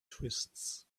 twists